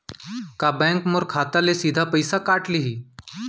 का बैंक मोर खाता ले सीधा पइसा काट लिही?